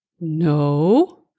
No